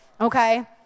okay